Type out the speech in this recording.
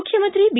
ಮುಖ್ಯಮಂತ್ರಿ ಬಿ